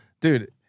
dude